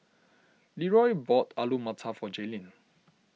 Leeroy bought Alu Matar for Jaelyn